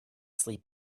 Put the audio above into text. sleep